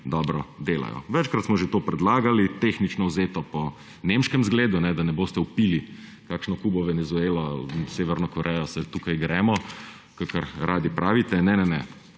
dobro delajo. Večkrat smo že to predlagali, tehnično vzeto po nemškem zgledu, da ne boste vpili, kakšno Kubo, Venezuelo, Severno Korejo se tu gremo, kakor radi pravite. Ne, ne, ne,